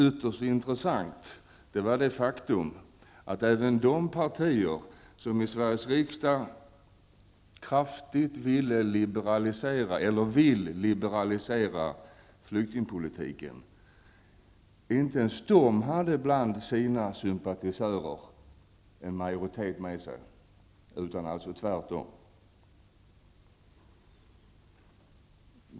Ytterst intressant att notera är det faktum att inte ens de partier som i Sveriges riksdag kraftigt vill liberalisera flyktingpolitiken fick en majoritet av sina sympatisörer med sig -- tvärtom.